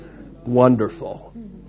Wonderful